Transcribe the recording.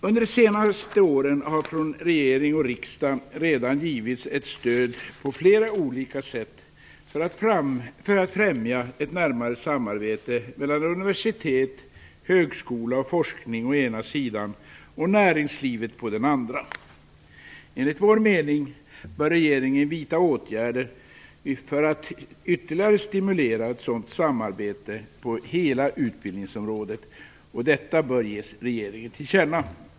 Under de senaste åren har det från regering och riksdag redan givits ett stöd på flera olika sätt för att främja ett närmare samarbete mellan universitet, högskola och forskning å ena sidan och näringslivet å den andra. Enligt vår mening bör regeringen vidta åtgärder för att ytterligare stimulera ett sådant samarbete på hela utbildningsområdet. Detta bör ges regeringen till känna.